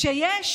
כשיש